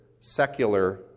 secular